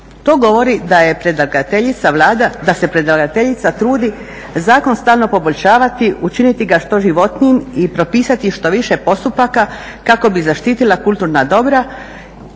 To govori da se predlagateljica trudi zakon stalno poboljšavati, učiniti ga što životnijim i propisati što više postupaka kako bi zaštitila kulturna dobra